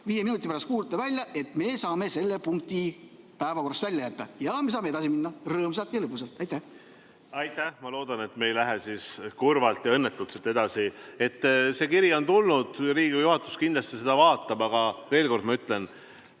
viie minuti pärast kuulutada välja, et me saame selle punkti päevakorrast välja jätta. Ja me saame edasi minna rõõmsalt ja lõbusalt. Aitäh! Ma loodan, et me ei lähe kurvalt ja õnnetult siit edasi. See kiri on tulnud, Riigikogu juhatus kindlasti seda vaatab, aga veel kord ma ütlen: